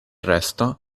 resto